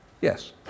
yes